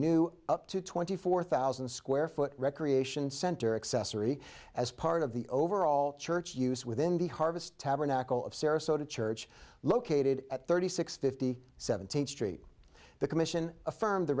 a new up to twenty four thousand square foot recreation center accessory as part of the overall church use within the harvest tabernacle of sarasota church located at thirty six fifty seventeenth street the commission